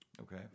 Okay